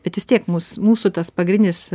bet vis tiek mus mūsų tas pagrindinis